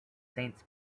saints